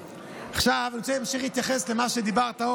עכשיו אני רוצה להמשיך להתייחס למה שעוד אמרת,